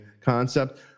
concept